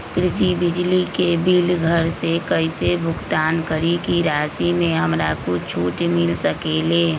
कृषि बिजली के बिल घर से कईसे भुगतान करी की राशि मे हमरा कुछ छूट मिल सकेले?